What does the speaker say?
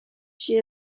she